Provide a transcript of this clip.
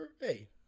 Hey